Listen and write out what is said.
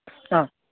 ಹಾಂ